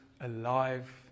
alive